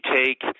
take